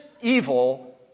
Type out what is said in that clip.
evil